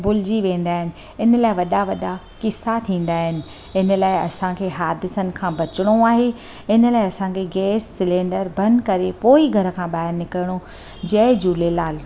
भुलिजी वेंदा आहिनि इन लाइ वॾा वॾा किसा थींदा आहिनि इन लाइ असांखे हादसनि खां बचिणो आहे इन लाइ असांखे गैस सिलैंडर बंदि करे पोइ ई घर खां ॿाहिरि निकिरणो जय झूलेलाल